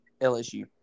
LSU